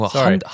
Sorry